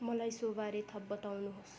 मलाई सोबारे थप बताउनु होस्